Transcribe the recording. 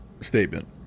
statement